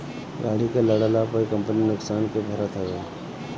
गाड़ी के लड़ला पअ कंपनी नुकसान के भरत हवे